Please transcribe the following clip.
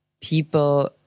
people